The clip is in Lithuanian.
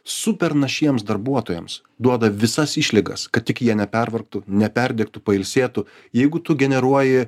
super našiems darbuotojams duoda visas išlygas kad tik jie nepervargtų neperdegtų pailsėtų jeigu tu generuoji